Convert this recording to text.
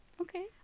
Okay